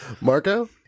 Marco